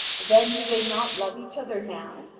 then do they not love each other now?